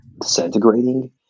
disintegrating